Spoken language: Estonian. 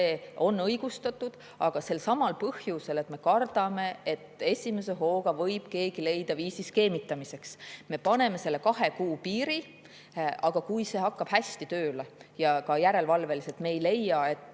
on õigustatud, aga selsamal põhjusel, et me kardame, et keegi võib leida viisi skeemitamiseks, me paneme selle kahe kuu piiri. Aga kui see hakkab hästi tööle ja ka järelevalvet tehes me ei leia, et